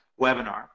webinar